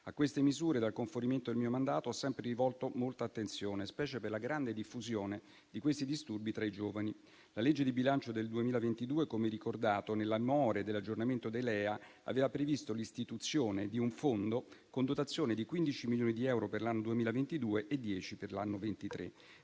A queste misure, dal conferimento del mio mandato, ho sempre rivolto molta attenzione, specie per la grande diffusione di questi disturbi tra i giovani. La legge di bilancio del 2022, come ricordato, nelle more dell'aggiornamento dei LEA, aveva previsto l'istituzione di un fondo, con dotazione di 15 milioni di euro per l'anno 2022 e 10 milioni per l'anno 2023.